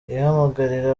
ihamagarira